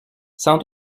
sans